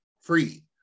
free